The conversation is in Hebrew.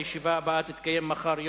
הישיבה הבאה תתקיים מחר,